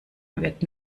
wird